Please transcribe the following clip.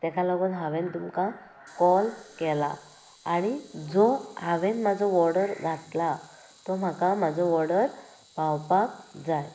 तेका लागोन हांवेन तुमकां कॉल केला आनी जो हांवेन म्हाजो वॉर्डर घातला तो म्हाका म्हाजो वोर्डर पावपाक जाय